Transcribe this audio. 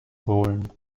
holen